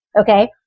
okay